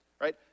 Right